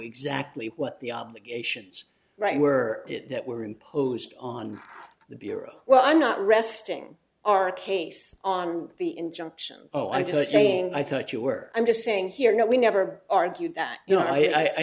exactly what the obligations right were that were imposed on the bureau well i'm not resting our case on the injunction oh i feel like saying i thought you were i'm just saying here we never argued that you know i